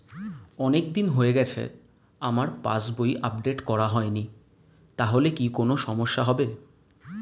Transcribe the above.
অনেকদিন হয়ে গেছে আমার পাস বই আপডেট করা হয়নি তাহলে কি কোন সমস্যা হবে?